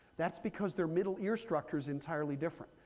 that's because their middle ear structure is entirely different.